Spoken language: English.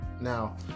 Now